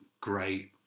great